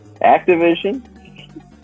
Activision